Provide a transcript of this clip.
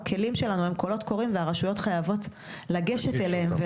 הכלים שלנו הם קולות קוראים והרשויות חייבות לגשת אליהן,